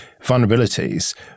vulnerabilities